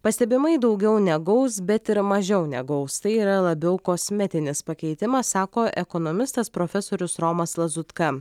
pastebimai daugiau negaus bet ir mažiau negaus tai yra labiau kosmetinis pakeitimas sako ekonomistas profesorius romas lazutka